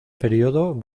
periodo